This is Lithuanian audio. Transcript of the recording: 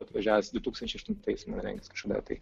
atvažiavęs du tūkstančiai aštuntais man regis kažkada tai